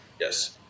Yes